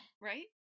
right